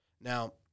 Now